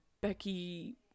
Becky